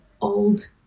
old